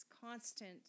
constant